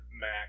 Mac